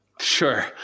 Sure